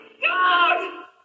God